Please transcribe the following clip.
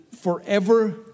forever